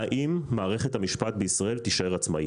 והיא האם מערכת המשפט בישראל תישאר עצמאית.